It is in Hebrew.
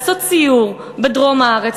לעשות סיור בדרום הארץ,